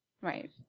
Right